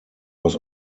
was